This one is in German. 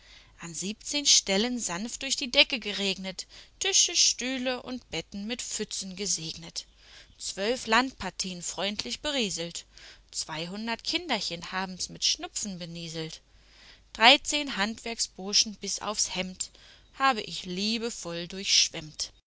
an siebzehn stellen sanft durch die decke geregnet tische stühle und betten mit pfützen gesegnet zwölf landpartien freundlich berieselt zweihundert kinderchen haben's mit schnupfen benieselt dreizehn handwerksburschen bis aufs hemd habe ich liebevoll